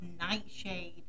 Nightshade